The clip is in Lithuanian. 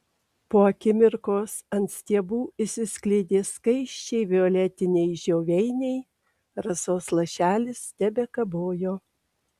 po akimirkos ant stiebų išsiskleidė skaisčiai violetiniai žioveiniai rasos lašelis tebekabojo